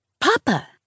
Papa